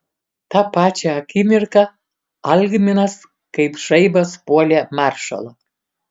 tą pačią akimirką algminas kaip žaibas puolė maršalą